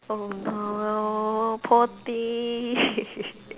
oh no poor thing